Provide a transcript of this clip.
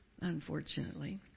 unfortunately